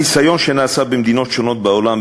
הניסיון שנעשה במדינות שונות בעולם,